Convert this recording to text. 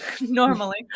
normally